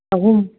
ꯑꯍꯨꯝ